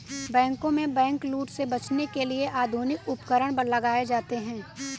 बैंकों में बैंकलूट से बचने के लिए आधुनिक उपकरण लगाए जाते हैं